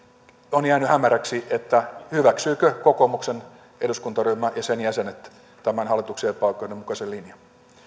on jäänyt hämäräksi hyväksyvätkö kokoomuksen eduskuntaryhmä ja sen jäsenet tämän hallituksen epäoikeudenmukaisen linjan